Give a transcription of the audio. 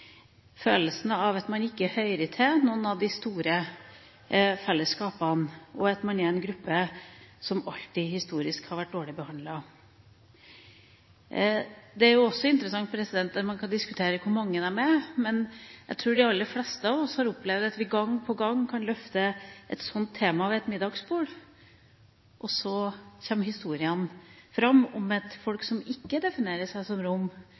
de store fellesskapene, og at man er en gruppe som historisk alltid har vært dårlig behandlet. Det er også interessant at man kan diskutere hvor mange de er. Jeg tror de aller fleste av oss har opplevd at vi gang på gang kan løfte et slikt tema ved et middagsbord, og så kommer historiene fram om et folk som ikke definerer seg som